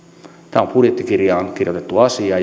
tämä on budjettikirjaan kirjoitettu asia